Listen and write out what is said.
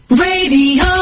Radio